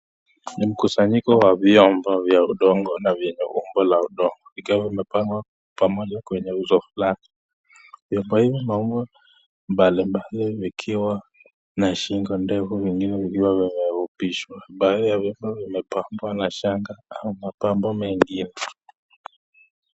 Mkusanyiko wa vyombo vya udongo na vyenye umbo wa udongo ikiwa imepangwa kwenye uso wa maumbo mbalimbali ikiwa na shingo ndefu vingine vikiwa vimefupishwa mengine bahati ya vyombo vikiwa imepambwa na shanga au mapambo mengine .